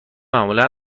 معمولا